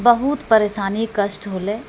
बहुत परेशानी कष्ट होलै